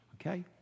okay